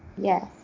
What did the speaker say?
yes